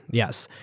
yes,